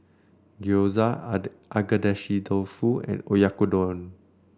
Gyoza Agedashi Dofu and Oyakodon